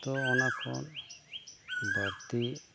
ᱛᱚ ᱚᱱᱟ ᱠᱷᱚᱱ ᱵᱟᱹᱲᱛᱤ